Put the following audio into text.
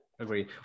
agree